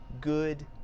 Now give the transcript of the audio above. good